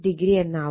8o എന്നാവും